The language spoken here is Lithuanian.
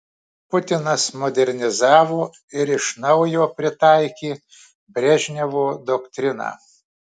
putinas modernizavo ir iš naujo pritaikė brežnevo doktriną